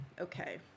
Okay